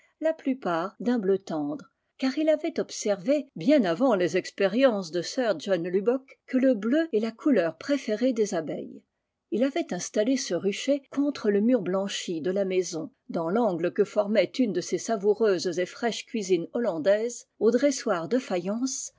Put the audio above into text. la plupart d'un bleu tendre car il avait observé bien avant les expériences de sir john lubbock que le bleu est la couleur préférée des abeilles il avait installé ce rucher contre le mur blanchi de la maison dans l'angle que formait une de ces savoureuses et fraîches cuisines hollandaises aux dressoirs de faïence